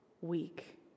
week